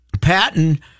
Patton